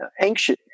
anxious